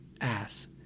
ass